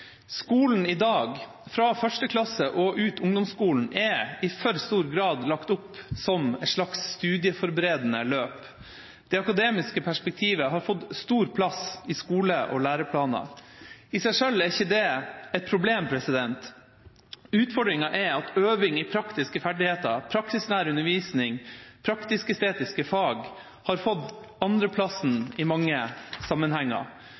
Skolen i dag, fra 1. klasse og ut ungdomsskolen, er i for stor grad lagt opp som et slags studieforberedende løp. Det akademiske perspektivet har fått stor plass i skole- og læreplaner. I seg selv er ikke det et problem. Utfordringen er at øving i praktiske ferdigheter, praksisnær undervisning, praktisk-estetiske fag, har fått andreplassen i mange sammenhenger.